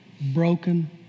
broken